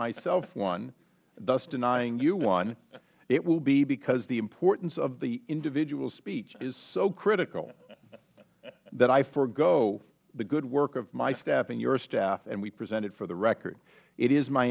myself one thus denying you one it will be because the importance of the individual speech is so critical that i forego the good work of my staff and your staff and we present it for the record it is my